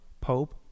Pope